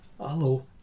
Hello